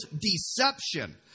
deception